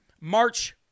March